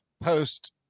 post